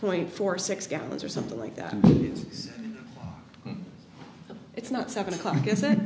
point four six gallons or something like that is it's not seven o'clock is